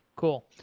cool.